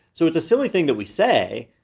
so it's a silly thing that we say,